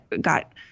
got